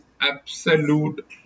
absolute